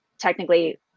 technically